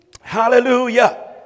Hallelujah